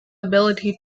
ability